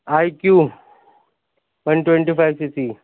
I Q one twenty five C C